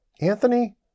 Anthony